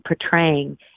portraying